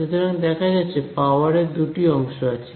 সুতরাং দেখা যাচ্ছে পাওয়ার এর দুটি অংশ আছে